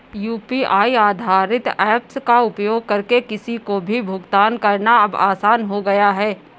UPI आधारित apps का उपयोग करके किसी को भी भुगतान करना अब आसान हो गया है